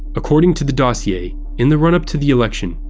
according to the dossier, in the run-up to the election,